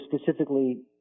specifically